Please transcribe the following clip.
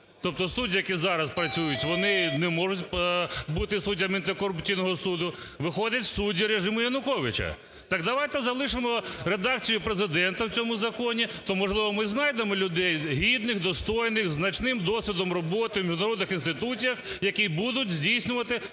тобто судді, які зараз працюють, вони не можуть бути суддями для антикорупційного суду, виходить, судді режиму Януковича. Так давайте залишимо редакцію Президента в цьому законі, то, можливо, ми знайдемо людей гідних, достойних, зі значним досвідом роботи в міжнародних інституціях, які будуть здійснювати